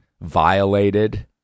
violated